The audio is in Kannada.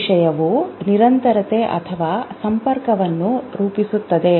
ಈ ವಿಷಯಗಳು ನಿರಂತರತೆ ಅಥವಾ ಸಂಪರ್ಕವನ್ನು ರೂಪಿಸುತ್ತವೆ